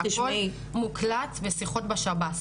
הכל מוקלט בשיחות בשב"ס,